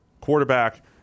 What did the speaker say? quarterback